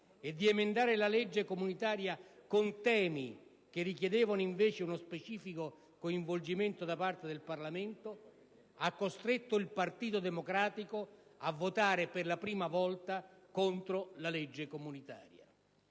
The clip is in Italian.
e di emendare la legge comunitaria con temi che richiedevano invece uno specifico coinvolgimento da parte del Parlamento, ha costretto il Partito Democratico a votare per la prima volta contro la stessa legge comunitaria.